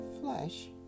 flesh